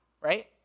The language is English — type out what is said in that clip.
right